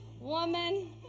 Woman